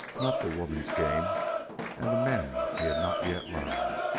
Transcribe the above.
not the woman's game and the men he had not yet learned.